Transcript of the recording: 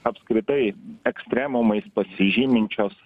apskritai ekstremumais pasižyminčios